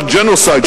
של ג'נוסייד,